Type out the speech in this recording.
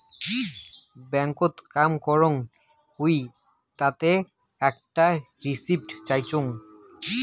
ব্যাংকত কাম করং হউ তাতে আকটা রিসিপ্ট পাইচুঙ